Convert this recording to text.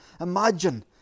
Imagine